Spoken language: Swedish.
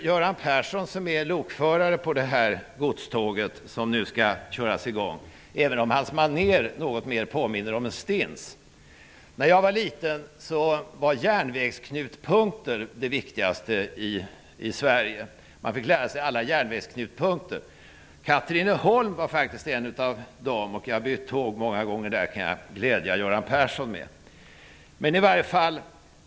Göran Persson är lokförare på det godståget, som nu skall köras i gång. Hans manér påminner dock något mera om en stins. När jag var liten var järnvägsknutpunkter det viktigaste i Sverige. Man fick lära sig alla järnvägsknutpunkter. Katrineholm var faktiskt en av dem. Jag kan glädja Göran Persson med att jag många gånger har bytt tåg där.